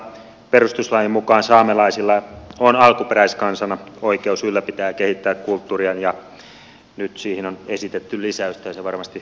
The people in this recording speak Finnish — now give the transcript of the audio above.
perustuslain mukaan saamelaisilla on alkuperäiskansana oikeus ylläpitää ja kehittää kulttuuriaan ja nyt siihen on esitetty lisäystä ja se varmasti ministeriäkin tyydyttää